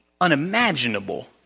unimaginable